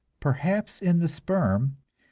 perhaps in the sperm,